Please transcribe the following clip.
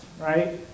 right